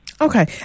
Okay